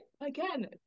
again